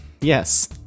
Yes